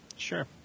sure